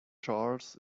charles